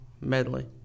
medley